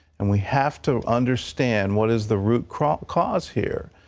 and we have to understand what is the root cause cause here.